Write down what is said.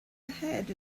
ahead